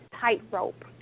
tightrope